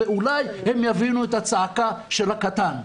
ואולי הם יבינו את הצעקה של הקטן.